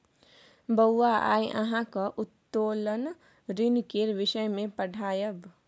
बौआ आय अहाँक उत्तोलन ऋण केर विषय मे पढ़ायब